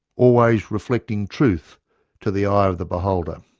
always reflecting truth to the eye of the beholder.